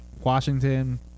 Washington